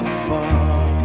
far